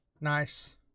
Nice